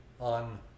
On